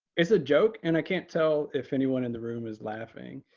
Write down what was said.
it's a joke, and i can't tell if anyone in the room is laughing.